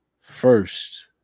First